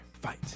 Fight